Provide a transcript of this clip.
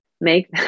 make